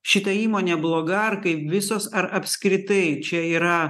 šita įmonė bloga ar kaip visos ar apskritai čia yra